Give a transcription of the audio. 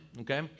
okay